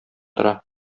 тора